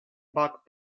back